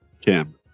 Kim